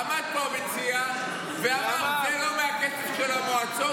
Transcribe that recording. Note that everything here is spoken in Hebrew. עמד פה המציע ואמר: זה לא מהכסף של המועצות,